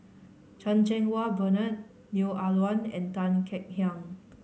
Chan Cheng Wah Bernard Neo Ah Luan and Tan Kek Hiang